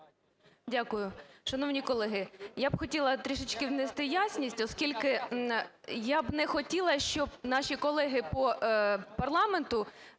Дякую. Шановні колеги, я би хотіла трішечки внести ясність, оскільки я би не хотіла, щоб наші колеги по парламенту